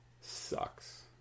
sucks